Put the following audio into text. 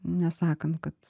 nesakant kad